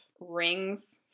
rings